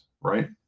right